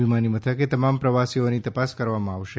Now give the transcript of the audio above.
વિમાની મથકે તમામ પ્રવાસીઓની તપાસ કરવામાં આવશે